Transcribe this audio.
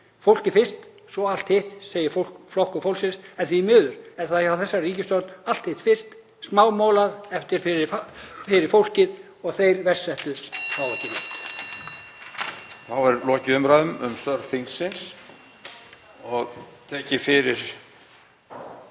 Fólkið fyrst, svo allt hitt, segir Flokkur fólksins, en því miður er það hjá þessari ríkisstjórn: Allt hitt fyrst og smámolar eftir fyrir fólkið og þeir verst